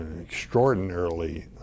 extraordinarily